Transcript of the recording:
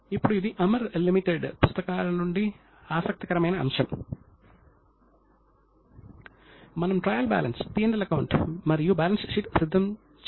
అయినప్పటికీ అతను ఆచరణాత్మకమైనవాడు కావున అవినీతి సామర్థ్యాన్ని గుర్తించాడు